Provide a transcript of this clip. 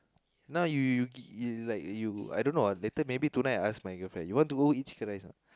now you you is like you I don't know ah later maybe tonight I ask my girlfriend you want to go eat chicken rice or not